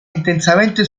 intensamente